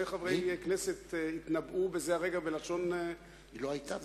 חברי כנסת התנבאו בזה הרגע בלשון זהה.